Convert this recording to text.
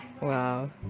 Wow